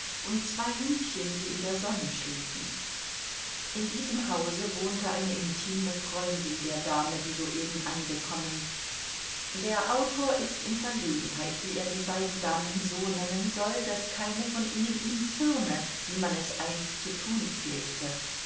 und zwei hündchen die in der sonne schliefen in diesem hause wohnte eine intime freundin der dame die soeben angekommen der autor ist in verlegenheit wie er die beiden damen so nennen soll daß keine von ihnen ihm zürne wie man es einst zu tun pflegte